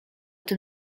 tym